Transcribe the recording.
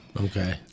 Okay